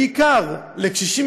בעיקר לקשישים,